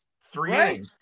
three